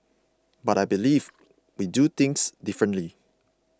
but I believe we do things differently